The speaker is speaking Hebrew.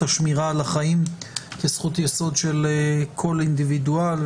השמירה על החיים כזכות יסוד של כל אינדיבידואל,